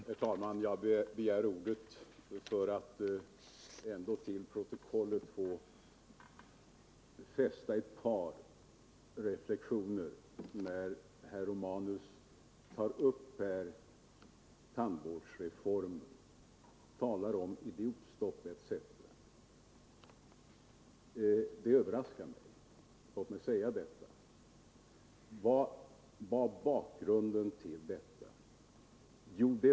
Herr talman! Jag begärde ordet för att till protokollet få notera ett par reflexioner. Herr Romanus talar om idiotstopp etc. Det överraskar mig. Vad var bakgrunden till denna åtgärd?